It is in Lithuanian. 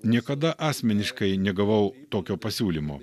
niekada asmeniškai negavau tokio pasiūlymo